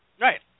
Right